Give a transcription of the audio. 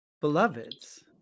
beloveds